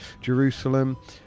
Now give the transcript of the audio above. Jerusalem